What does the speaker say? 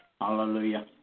Hallelujah